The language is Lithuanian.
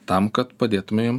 tam kad padėtume jiem